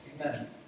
Amen